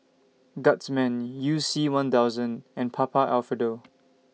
Guardsman YOU C one thousand and Papa Alfredo